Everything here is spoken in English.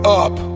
up